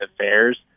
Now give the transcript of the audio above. affairs